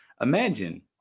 Imagine